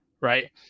right